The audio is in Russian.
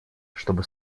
чтобы